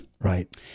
right